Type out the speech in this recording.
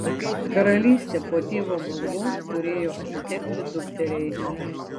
karalystė po tėvo galvos turėjo atitekti dukteriai